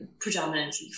predominantly